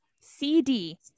CD